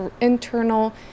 internal